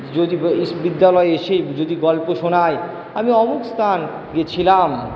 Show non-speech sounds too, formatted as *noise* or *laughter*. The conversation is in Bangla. যদি *unintelligible* বিদ্যালয় এসে যদি গল্প শোনায় আমি অমুক স্থান গেছিলাম